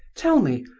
tell me,